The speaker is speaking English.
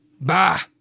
bah